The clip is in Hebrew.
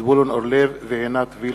זבולון אורלב ועינת וילף.